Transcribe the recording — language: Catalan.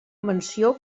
menció